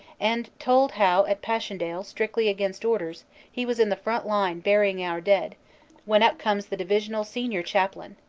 and told how at passchendaele strictly against orders he was in the front line burying our dead when up comes the divisional senior chap lain.